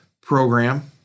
program